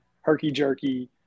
herky-jerky